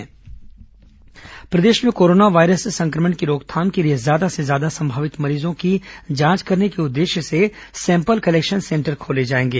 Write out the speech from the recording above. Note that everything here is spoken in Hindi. सैंपल कलेक्शन सेंटर प्रदेश में कोरोना वायरस संक्रमण की रोकथाम के लिए ज्यादा से ज्यादा संमावित मरीजों की जांच करने के उद्देश्य से सैंपल कलेक्शन सेंटर खोले जाएंगे